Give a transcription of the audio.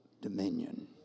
dominion